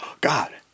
God